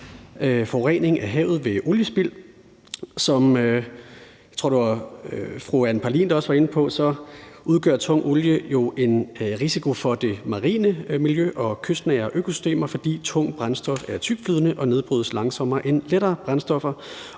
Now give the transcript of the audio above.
forurening af havet ved oliespild. Som fru Anne Paulin, tror jeg det var, også var inde på, udgør tung olie jo en risiko for det marine miljø og kystnære økosystemer, fordi tungt brændstof er tyktflydende og nedbrydes langsommere end lettere brændstoffer.